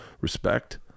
respect